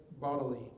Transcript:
bodily